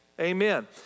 Amen